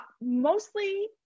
mostly